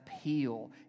appeal